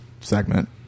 segment